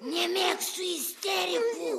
nemėgstu isterikų